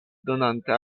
donante